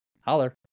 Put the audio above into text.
Holler